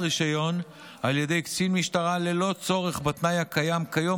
רישיון על ידי קצין משטרה ללא צורך בתנאי הקיים כיום,